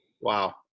Wow